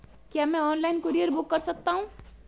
क्या मैं online courier book कर सकता हूँ?